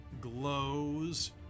glows